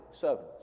servants